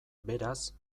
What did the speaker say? beraz